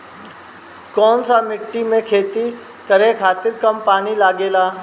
कौन सा मिट्टी में खेती करे खातिर कम पानी लागेला?